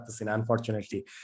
unfortunately